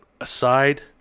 aside